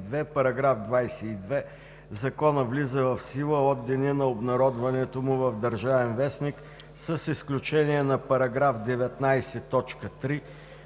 22: „§ 22. Законът влиза в сила от деня на обнародването му в „Държавен вестник“ с изключение на § 19,